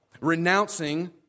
renouncing